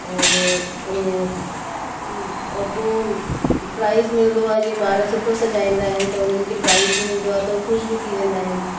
और और पोइ प्राइज मिलंदो आहे ॿार सुठो सॼाईंदा आहिनि त उन्हनि खे प्राइज बि मिलंदो आहे त हो ख़ुशि बि थी वेंदा आहिनि